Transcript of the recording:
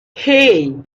hey